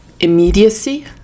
immediacy